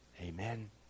amen